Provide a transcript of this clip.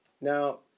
Now